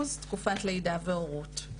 ו-3% בתקופת לידה והורות.